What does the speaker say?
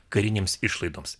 karinėms išlaidoms